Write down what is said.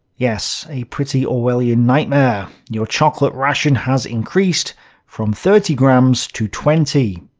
yes, a pretty orwellian nightmare. your chocolate ration has increased from thirty grams to twenty.